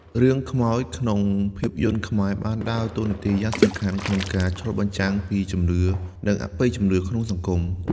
រឿងខ្មោចក្នុងភាពយន្តខ្មែរបានដើរតួនាទីយ៉ាងសំខាន់ក្នុងការឆ្លុះបញ្ចាំងពីជំនឿ និងអបិយជំនឿក្នុងសង្គម។